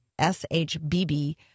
SHBB